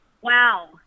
wow